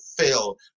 fail